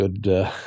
good